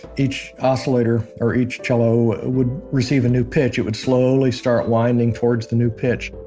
each oscillator, or each cello, would receive a new pitch, it would slowly start winding towards the new pitch